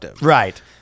Right